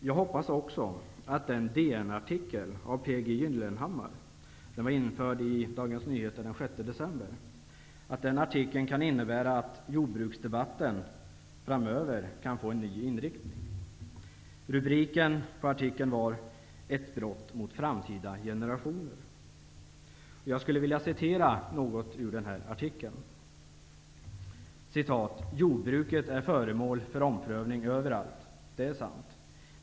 Jag hoppas också att den DN-artikel av P G Gyllenhammar -- artikeln var införd i Dagens Nyheter den 6 december -- innebär att jordbruksdebatten framöver kan få en ny inriktning. Rubriken på artikeln löd: Ett brott mot framtida generationer. Jag skulle vilja citera något ur den här artikeln: ''Jordbruket är föremål för omprövning överallt -- det är sant.